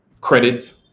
credit